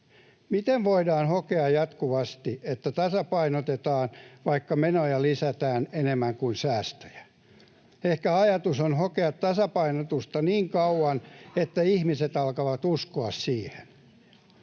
Miten voidaan hokea jatkuvasti, että tasapainotetaan, vaikka menoja lisätään enemmän kuin säästöjä? Ehkä ajatus on hokea tasapainotusta niin kauan, että ihmiset alkavat uskoa siihen.